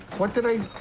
what did i